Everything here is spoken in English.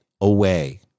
away